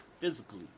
physically